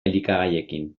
elikagaiekin